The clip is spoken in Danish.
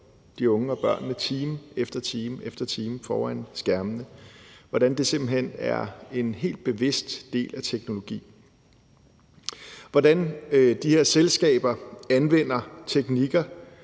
de unge og børnene time efter time foran skærmene; hvordan det simpelt hen er en helt bevidst del af teknologien; hvordan de her selskaber anvender teknikker,